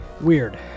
weird